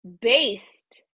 based